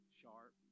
sharp